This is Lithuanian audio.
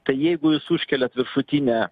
tai jeigu jūs užkeliat viršutinę